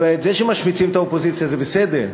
זה שמשמיצים את האופוזיציה זה בסדר,